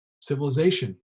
civilization